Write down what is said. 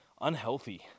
unhealthy